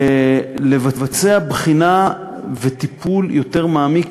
לבחינה וטיפול יותר מעמיק,